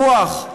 רוח.